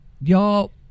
y'all